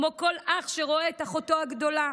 כמו כל אח שרואה את אחותו הגדולה.